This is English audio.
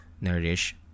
nourish